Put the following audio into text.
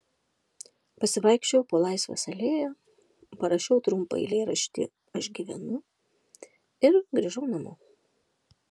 pasivaikščiojau po laisvės alėją parašiau trumpą eilėraštį aš gyvenu ir grįžau namo